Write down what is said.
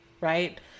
right